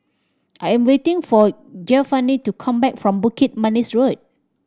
I am waiting for Giovanni to come back from Bukit Manis Road